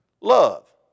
love